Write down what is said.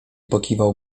pokiwał